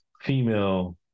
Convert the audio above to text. female